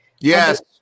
Yes